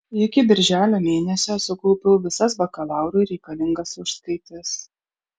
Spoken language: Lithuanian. iki birželio mėnesio sukaupiau visas bakalaurui reikalingas užskaitas